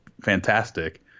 fantastic